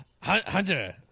Hunter